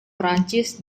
perancis